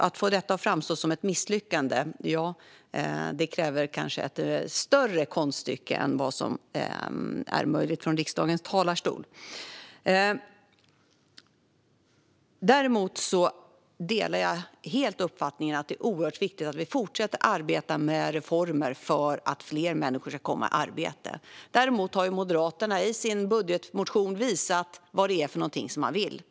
Att få detta att framstå som ett misslyckande kräver kanske ett större konststycke än vad som är möjligt från riksdagens talarstol. Däremot delar jag helt uppfattningen att det är oerhört viktigt att vi fortsätter att arbeta med reformer för att fler människor ska komma i arbete. Men Moderaterna har i sin budgetmotion visat vad det är man vill.